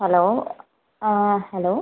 hello ആ hello